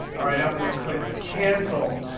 all right, i'm going to click cancel.